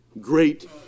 great